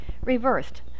Reversed